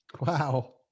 Wow